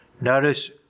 Notice